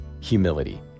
humility